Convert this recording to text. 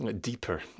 deeper